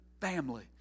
family